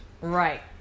Right